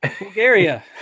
bulgaria